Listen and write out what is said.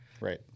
Right